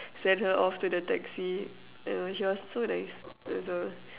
send her off to the taxi uh she was so nice uh so